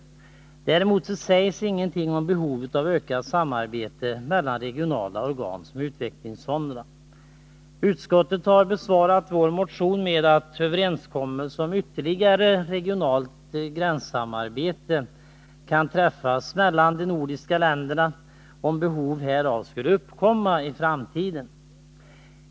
Däremot sägs ingenting om behovet av ökat samarbete mellan sådana regionala organ som utvecklingsfonderna. Utskottet har besvarat vår motion med att överenskommelse om ytterligare regionalt nordiskt gränssamarbete kan träffas mellan de nordiska länderna, om behov härav skulle uppkomma i framtiden.